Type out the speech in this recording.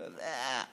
אתה יודע.